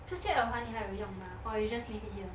这些耳环 or you just leave it here